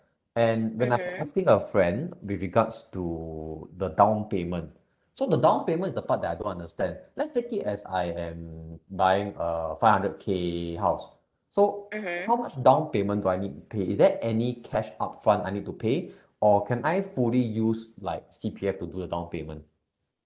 and when I asking a friend with regards to the down payment so the down payment is the part that I don't understand let's take it as I am buying a five hundred K house so how much down payment do I need to pay is there any cash upfront I need to pay or can I fully use like C_P_F to do the down payment